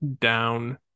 down